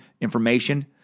information